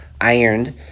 ironed